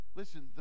listen